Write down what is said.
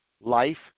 life